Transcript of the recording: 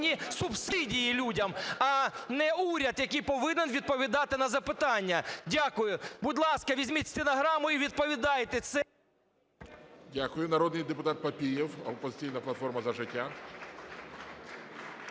Дякую. Народний депутат Папієв, "Опозиційна платформа - За життя".